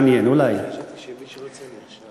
עדיף שאני אייצג, לא אתה.